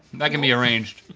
that can be arranged.